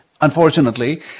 Unfortunately